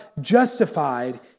justified